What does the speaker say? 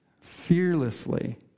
fearlessly